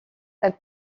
elle